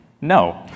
no